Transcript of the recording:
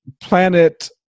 Planet